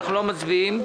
שאנחנו לא מצביעים עליהן.